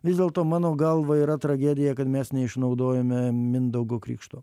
vis dėlto mano galva yra tragedija kad mes neišnaudojome mindaugo krikšto